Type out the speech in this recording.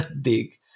dig